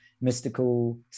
mystical